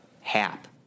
Hap